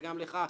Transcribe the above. וגם לך,